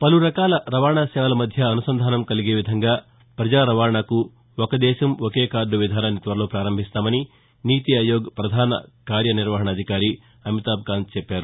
పలు రకాల రవాణా సేవల మధ్య అనుసంధానం కలిగే విధంగా పజా రవాణాకు ఒక దేశం ఒకే కార్లు విధానాన్ని త్వరలో ప్రారంభిస్తామని నీతి ఆయోగ్ ప్రధాన కార్య నిర్వహణాధికారి అమితాబ్ కాంత్ చెప్పారు